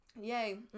Yay